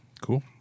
cool